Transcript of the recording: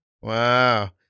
Wow